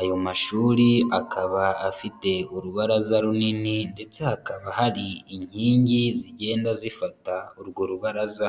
Ayo mashuri akaba afite urubaraza runini ndetse hakaba hari inkingi zigenda zifata urwo rubaraza.